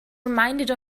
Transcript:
reminded